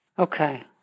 Okay